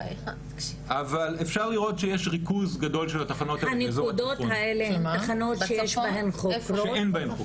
אבל אפשר לראות שיש ריכוז גדול התחנות באזור הצפון שאין בהם חוקר.